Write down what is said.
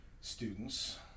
students